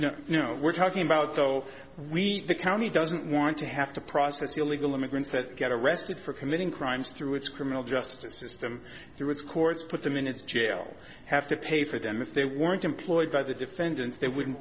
know we're talking about though we the county doesn't want to have to process illegal immigrants that get arrested for committing crimes through its criminal justice system through its courts put them in its jail have to pay for them if they weren't employed by the defendants they wouldn't